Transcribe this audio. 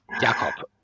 Jakob